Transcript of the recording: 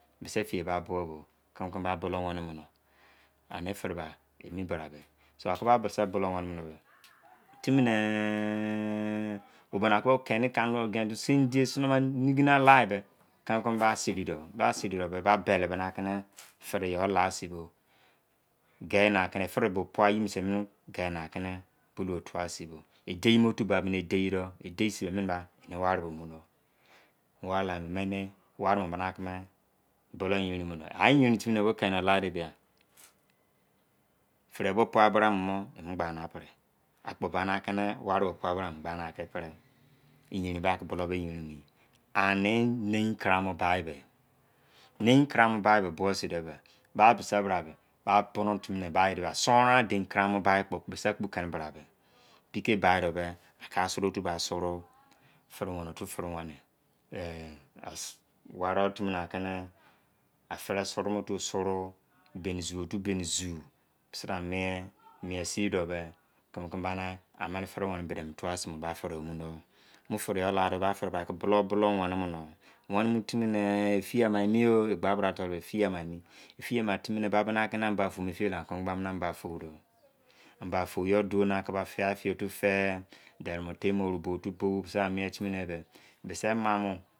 Mese yekanke ongo gbaleme o ipenake idiri munkeyo muse yeke ke ango bale mene iye fe gbabaman inekuru gbame, ba mekume mogo afa mogome alekealemene aneke gbamene tuteyagbadamaba gbaa wenemon kpo keme ere egberibake keme ikioma suode ifiebose gbakumon gbakpo alamie kemese yome bene menekpo bene muewei kpo mien ka mo gbuerekpo mienkamo mukemi ba mientimi ke ishaba romapamoye kese beke fiemene pa ane ka gba malade boloyoma mene teyagbadaba biere mene anebrima beim yaan